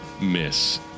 miss